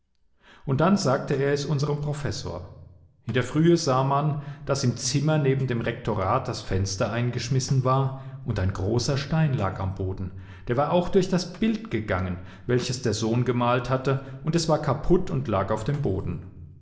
und dann sagte er es unserem professor in der frühe sah man daß im zimmer neben dem rektorat das fenster eingeschmissen war und ein großer stein lag am boden der war auch durch das bild gegangen welches der sohn gemalt hatte und es war kaputt und lag auf dem boden